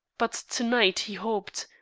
but to-night he hoped,